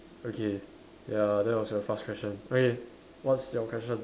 okay ya that was a fast question okay what's your question